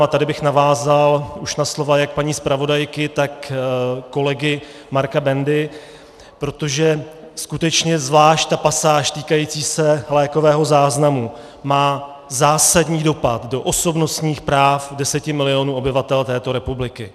A tady bych navázal už na slova jak paní zpravodajky, tak kolegy Marka Bendy, protože skutečně zvlášť pasáž týkající se lékového záznamu má zásadní dopad do osobnostních práv deseti milionů obyvatel této republiky.